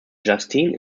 justine